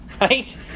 right